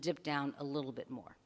dip down a little bit more